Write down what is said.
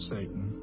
Satan